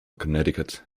connecticut